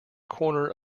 corner